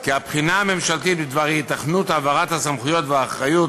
כי הבחינה הממשלתית בדבר היתכנות העברת הסמכויות והאחריות